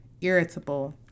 irritable